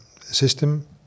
system